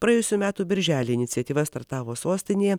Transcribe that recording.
praėjusių metų birželį iniciatyva startavo sostinėje